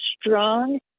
strong